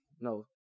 No